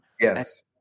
yes